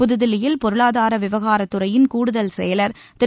புதுதில்லியில் பொருளாதார விவகாரத்துறையின் கூடுதல் செயலர் திரு